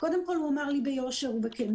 קודם כל הוא אמר לי ביושר ובכנות,